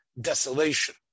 desolation